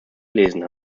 gelesen